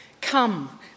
Come